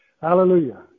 Hallelujah